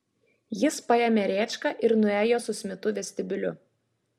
jis paėmė rėčką ir nuėjo su smitu vestibiuliu